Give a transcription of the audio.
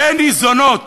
שניזונות